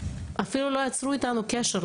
אפילו לא יצרו איתנו קשר,